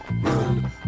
run